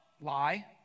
Lie